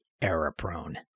error-prone